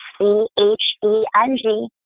C-H-E-N-G